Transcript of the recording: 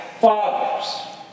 fathers